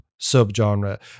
subgenre